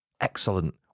Excellent